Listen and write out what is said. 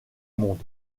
monde